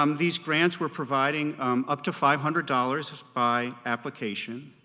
um these grants we're providing up to five hundred dollars by application.